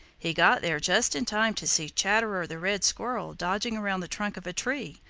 he got there just in time to see chatterer the red squirrel dodging around the trunk of a tree,